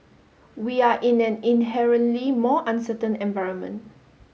we are in an inherently more uncertain environment